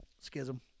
Schism